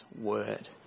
Word